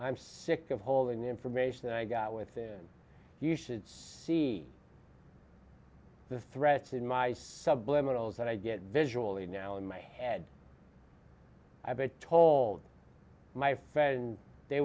i'm sick of holding the information i got with said you should see the threats in my subliminals that i get visually now in my head i told my friend they